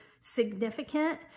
significant